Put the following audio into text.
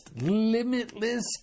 limitless